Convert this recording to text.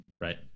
Right